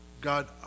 God